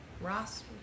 Ross